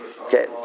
Okay